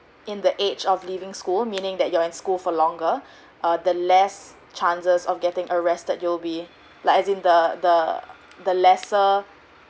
in the age of leaving school meaning that you are in school for longer uh the less chances of getting arrested you'll be like as in the the the lesser